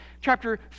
Chapter